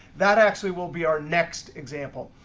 that actually will be our next example.